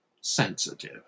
sensitive